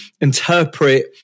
interpret